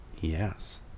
Yes